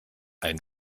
ein